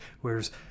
whereas